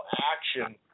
action